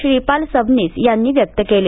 श्रीपाल सबनीस यांनी व्यक्त केले